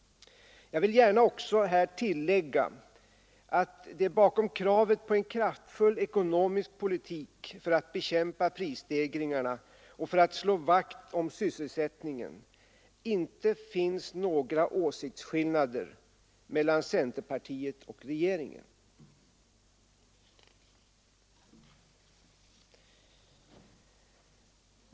Jag vill gärna också här tillägga att det bakom kravet på en kraftfull ekonomisk politik för att bekämpa prisstegringarna och för att slå vakt om sysselsättningen inte finns några åsiktsskillnader mellan centerpartiet och regeringen.